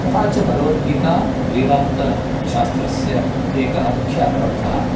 तथा च भगवद्गीता वेदान्तशास्त्रस्य एकः मुख्यग्रन्थः